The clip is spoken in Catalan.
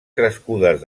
crescudes